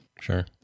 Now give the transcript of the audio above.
sure